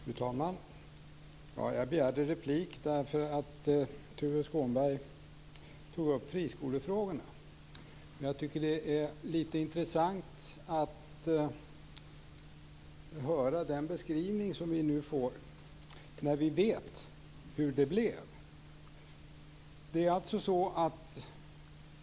Fru talman! Jag begärde replik därför att Tuve Skånberg tog upp friskolefrågorna. Det är litet intressant att höra den beskrivning som vi nu får när vi vet hur det blev.